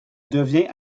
devient